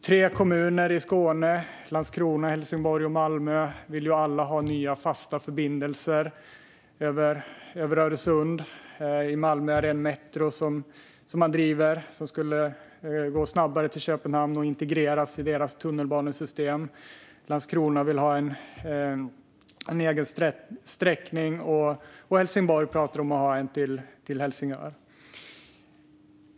Tre kommuner i Skåne - Landskrona, Helsingborg och Malmö - vill alla ha nya fasta förbindelser över Öresund. I Malmö driver man frågan om en metro, som skulle gå snabbare till Köpenhamn och integreras i deras tunnelbanesystem. Landskrona vill ha en egen sträckning, och Helsingborg pratar om att ha en till Helsingör.